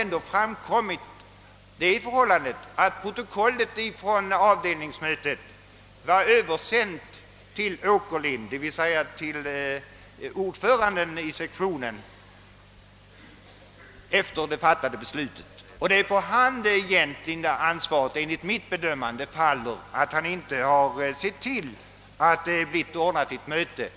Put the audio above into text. ändå framkommit att protokollet från avdelningsmötet översänts till sektionsordföranden. Det är på honom som ansvaret enligt mitt bedömande vilar. Han borde ha sett till att det anordnats ett möte.